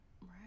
Right